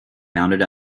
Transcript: mounted